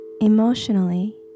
Emotionally